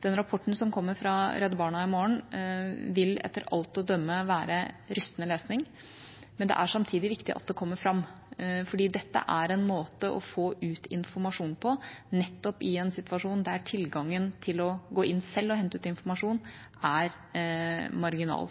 Den rapporten som kommer fra Redd Barna i morgen, vil etter alt å dømme være rystende lesning, men det er samtidig viktig at det kommer fram, for dette er en måte å få ut informasjon på, nettopp i en situasjon der tilgangen til å gå inn selv og hente ut informasjon er marginal.